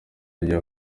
wagiye